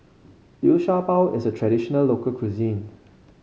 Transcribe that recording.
Liu Sha Bao is a traditional local cuisine